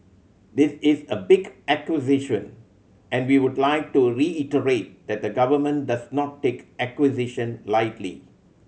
this is a big acquisition and we would like to reiterate that the government does not take acquisition lightly